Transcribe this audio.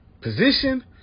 position